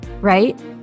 Right